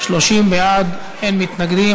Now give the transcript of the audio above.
30 בעד, אין מתנגדים.